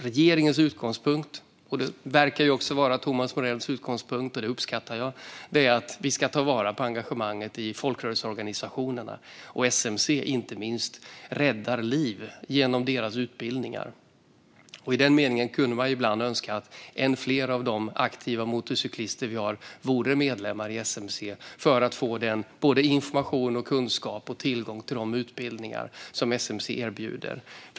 Regeringens utgångspunkt, som också verkar vara Thomas Morells utgångspunkt, vilket jag uppskattar, är dock att vi ska ta vara på engagemanget i folkrörelseorganisationerna. Inte minst SMC räddar liv genom sina utbildningar. Man kunde därför önska att än fler av våra aktiva motorcyklister vore medlemmar så att de kunde få information, kunskap och tillgång till de utbildningar som SMC erbjuder.